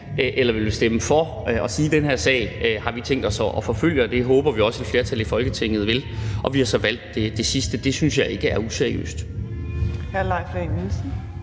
eller vil vi stemme for og sige, at den her sag har vi tænkt os at forfølge, og det håber vi også et flertal i Folketinget vil. Vi har så valgt det sidste, og det synes jeg ikke er useriøst.